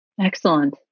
Excellent